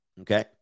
Okay